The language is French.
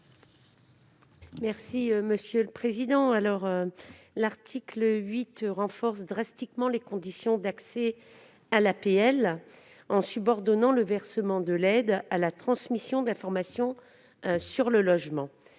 Mme Cathy Apourceau-Poly. L'article 8 renforce drastiquement les conditions d'accès à l'APL, en subordonnant le versement de cette aide à la transmission d'informations sur le logement.